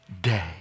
day